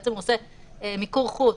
הוא בעצם עושה מיקור חוץ,